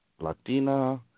Latina